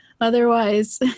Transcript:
Otherwise